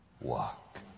walk